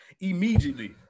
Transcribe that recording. immediately